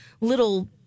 little